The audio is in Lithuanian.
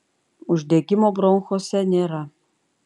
uždegimo bronchuose nėra